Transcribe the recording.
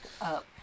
up